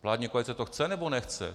Vládní koalice to chce, nebo nechce?